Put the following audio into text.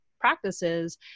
practices